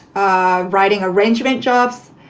ah writing arrangement jobs,